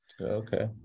okay